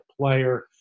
player